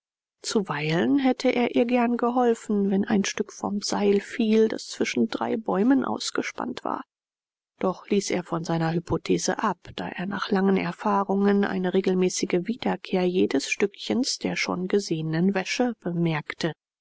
zuweilen hätte er ihr gern geholfen wenn ein stück vom seil fiel das zwischen drei bäumen ausgespannt war doch ließ er von seiner hypothese ab da er nach langen erfahrungen eine regelmäßige wiederkehr jedes stückchens der schon gesehenen wäsche bemerkte